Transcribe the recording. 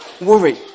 worry